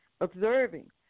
observing